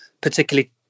particularly